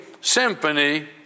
symphony